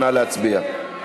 נא להצביע.